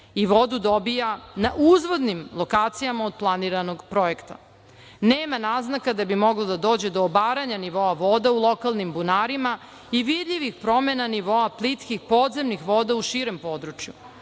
i vodu dobija na uzvodnim lokacijama od planiranog projekta. Nema naznaka da bi moglo da dođe do obaranja nivoa voda u lokalnim bunarima i vidljivih promena nivoa plitkih podzemnih voda u širem području.